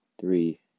three